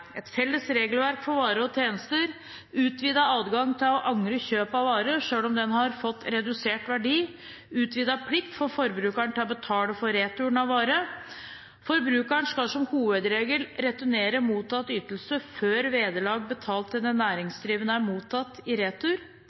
et felles regelverk for varer og tjenester, utvidet adgang til å angre kjøp av varer, selv om de har fått redusert verdi, utvidet plikt for forbrukeren til å betale for retur av vare. Forbrukeren skal som hovedregel returnere mottatt ytelse før vederlaget betalt til den næringsdrivende er mottatt i retur.